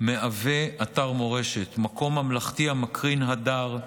מהווה אתר מורשת, מקום ממלכתי המקרין הדר,